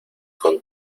con